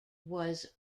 was